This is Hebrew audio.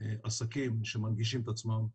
עסקים שמנגישים את עצמם.